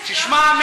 תשמע,